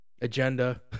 Agenda